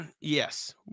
Yes